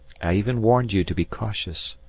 i even warned you to be cautious.